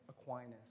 Aquinas